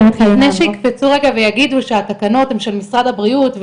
לפני שיקפצו רגע ויגידו שהתקנות הן של משרד הבריאות,